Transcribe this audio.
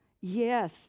Yes